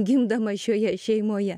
gimdamas šioje šeimoje